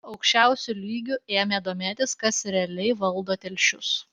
aukščiausiu lygiu ėmė domėtis kas realiai valdo telšius